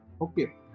okay